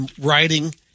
writing